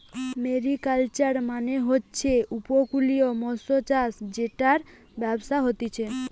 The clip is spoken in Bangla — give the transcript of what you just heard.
মেরিকালচার মানে হচ্ছে উপকূলীয় মৎস্যচাষ জেটার ব্যবসা হতিছে